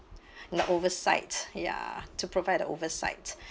like oversight ya to provide a oversight